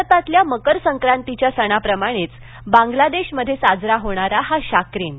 भारतातल्या मकर संक्रांतिच्या सणाप्रमाणेच बांगलादेशमध्ये साजरा होणारा हा शाक्रेन